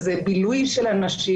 או איזה בילוי של אנשים,